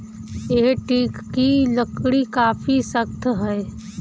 यह टीक की लकड़ी काफी सख्त है